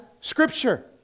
Scripture